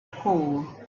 pool